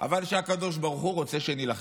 אבל שהקדוש ברוך הוא רוצה שנילחם.